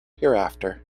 hereafter